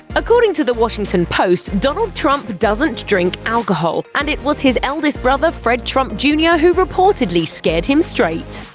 according to the washington post, donald trump doesn't drink alcohol, and it was his eldest brother, fred trump jr, who reportedly scared him straight.